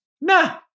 nah